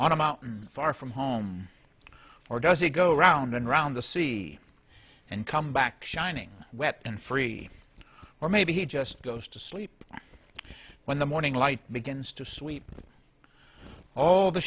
on a mountain far from home or does he go round and round the sea and come back shining wet and free or maybe he just goes to sleep when the morning light begins to sweep all the